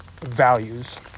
values